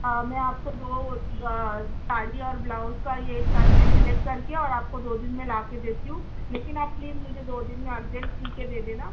میں آپ کو دو ساڑی اور بلاوز کا یہ کر کے سلیکٹ کر کے اور آپ کو دو دِن میں لا کے دیتی ہوں لیکن آپ پلیز مجھے دو دِن میں ارجنٹ سی کے دے دینا